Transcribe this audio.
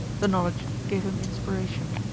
the knowledge gave him inspiration.